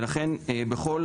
לכן, בכל